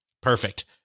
Perfect